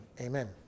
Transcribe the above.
Amen